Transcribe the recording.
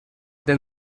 then